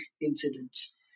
incidents।